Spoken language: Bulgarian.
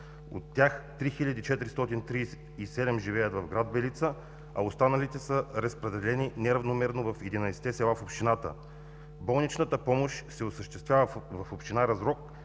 От тях 3437 живеят в град Белица, а останалите са разпределени неравномерно в 11-те села в общината. Болничната помощ се осъществява в община Разлог,